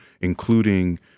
including